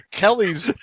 Kelly's